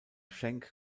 schenk